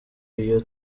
iyo